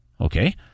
okay